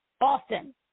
Austin